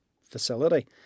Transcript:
facility